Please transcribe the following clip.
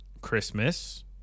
Christmas